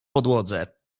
podłodze